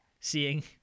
seeing